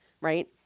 right